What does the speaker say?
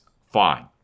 Fine